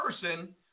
person